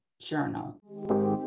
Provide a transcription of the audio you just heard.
Journal